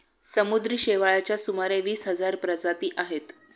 समुद्री शेवाळाच्या सुमारे वीस हजार प्रजाती आहेत